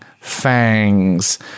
fangs